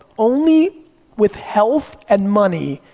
only with health and money